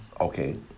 Okay